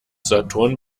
saturn